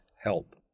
help